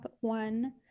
one